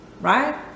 right